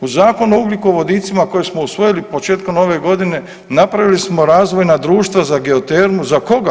U Zakonu o ugljiko-vodicima koji smo usvojili početkom ove godine napravili smo razvojna društva za geotermu, pa za koga?